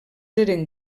eren